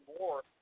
more